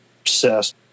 obsessed